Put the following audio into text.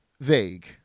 vague